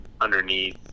underneath